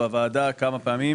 בוועדה כמה פעמים